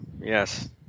yes